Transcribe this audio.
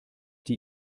die